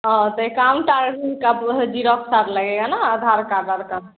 और तो एकाउंट और का वह जीरोक्स सब लगेगा न आधार कार्ड वाधार कार्ड